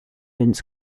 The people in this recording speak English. vince